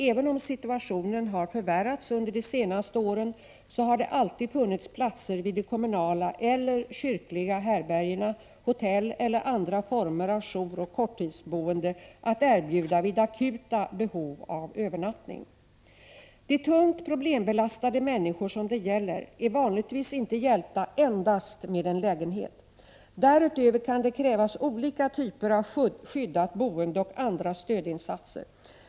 Även om situationen har förvärrats under de senaste åren, har det alltid funnits platser vid de kommunala eller kyrkliga härbergena, hotell eller andra former av jouroch korttidsboende att erbjuda vid akuta behov av övernattning. De tungt problembelastade människor som det gäller är vanligtvis inte hjälpta endast med egen lägenhet. Därutöver kan det krävas olika typer av skyddat boende och andra stödinsatser.